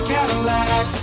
Cadillac